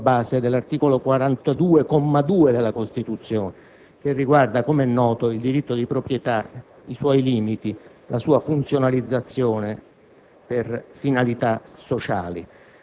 può determinarsi anche sulla base dell'articolo 42, secondo comma, della Costituzione stessa, che riguarda - come è noto - il diritto di proprietà, i suoi limiti, la sua funzionalizzazione